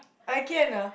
I can ah